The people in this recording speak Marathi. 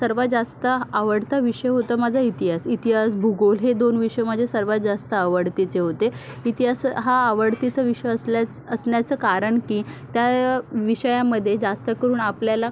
सर्वात जास्त आवडता विषय होता माझा इतिहास इतिहास भूगोल हे दोन विषय माझे सर्वात जास्त आवडीचे होते इतिहास हा आवडीचा विषय असल्याच असण्याचं कारण की त्या विषयामध्ये जास्तकरून आपल्याला